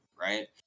right